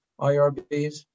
IRBs